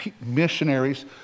missionaries